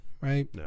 right